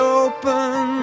open